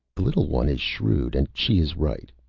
little one is shrewd, and she is right.